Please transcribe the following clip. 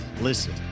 Listen